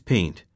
Paint